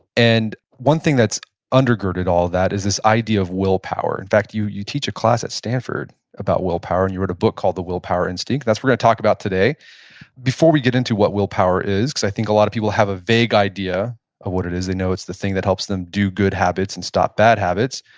and one thing that's undergirded all of that is this idea of willpower. in fact, you you teach a class at stanford about willpower, and you wrote a book called the willpower instinct. that's what we're going to talk about today before we get into what willpower is because i think a lot of people have a vague idea of what it is. they know it's the thing that helps them do good habits and stop bad habits.